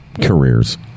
careers